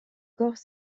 corps